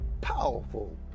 powerful